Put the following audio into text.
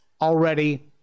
already